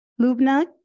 Lubna